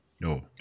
No